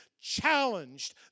challenged